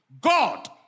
God